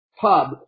pub